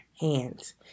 hands